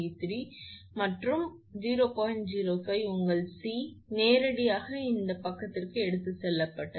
05 உங்கள் C உங்கள் 𝜔𝑉3 இது உண்மையில் நேரடியாக இந்த பக்கத்திற்கு எடுத்துச் செல்லப்பட்டது